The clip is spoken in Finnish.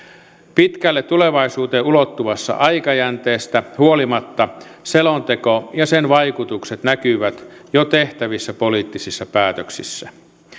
pitkälle tulevaisuuteen ulottuvasta aikajänteestä huolimatta selonteko ja sen vaikutukset näkyvät jo tehtävissä poliittisissa päätöksissä